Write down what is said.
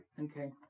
Okay